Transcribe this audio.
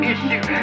issue